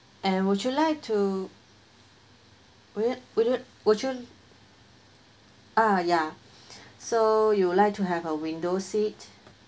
and would you like to would you would you would you uh ya so you would like to have a window seat